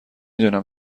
دونم